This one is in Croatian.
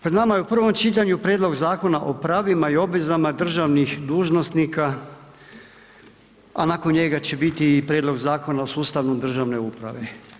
Pred nama je u prvom čitanju Prijedlog Zakona o pravima i obvezama državnih dužnosnika a nakon njega će biti i prijedlog Zakona o sustavu državne uprave.